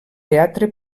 teatre